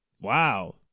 Wow